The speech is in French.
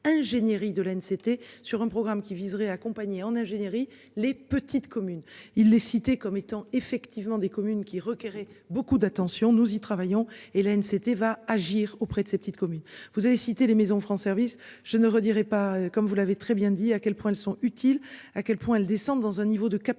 c'était sur un programme qui viserait accompagnées en ingénierie. Les petites communes, il est cité comme étant effectivement des communes qui requérait beaucoup d'attention. Nous y travaillons Hélène c'était va agir auprès de ses petites communes vous avez cité les maisons France service je ne redirai pas comme vous l'avez très bien dit à quel point elles sont utiles à quel point elles descendent dans un niveau de capillarité